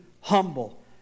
humble